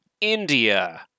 India